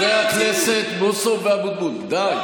חברי הכנסת בוסו ואבוטבול, די.